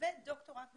ודוקטורט בפיזיותרפיה.